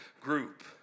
group